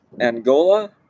Angola